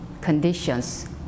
conditions